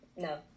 No